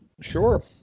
sure